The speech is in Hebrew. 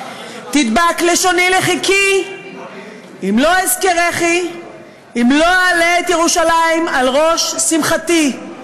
תדבק לשוני לחכי אם לא אזכרכי אם לא אעלה את ירושלם על ראש שמחתי".